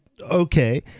okay